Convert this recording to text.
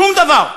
שום דבר,